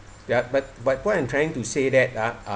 ya but but what I'm trying to say that ah